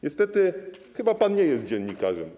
Niestety chyba pan nie jest dziennikarzem.